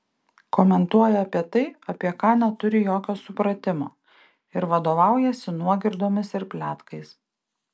komentuoja apie tai apie ką neturi jokio supratimo ir vadovaujasi nuogirdomis ir pletkais